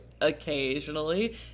occasionally